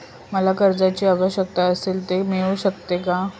मला कर्जांची आवश्यकता असल्यास ते मिळू शकते का?